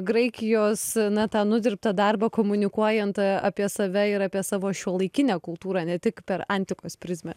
graikijos na tą nudirbtą darbą komunikuojant apie save ir apie savo šiuolaikinę kultūrą ne tik per antikos prizmę